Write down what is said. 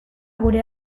gure